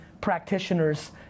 practitioners